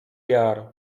jar